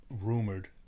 rumored